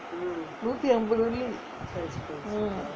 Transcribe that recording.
நூத்தி அம்பது வெள்ளி:noothi ambathu velli